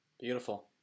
Beautiful